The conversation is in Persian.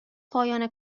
پایان